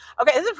okay